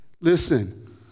Listen